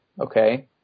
Okay